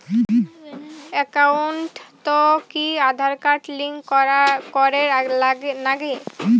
একাউন্টত কি Aadhaar card link করের নাগে?